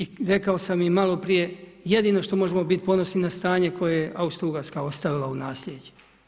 I rekao sam i maloprije, jedino što možemo biti ponosni na stanje, koje je Austro ugarska ostavila na naslijeđe.